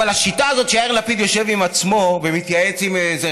אבל השיטה הזאת שיאיר לפיד יושב עם עצמו ומתייעץ עם איזה